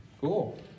Cool